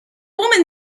woman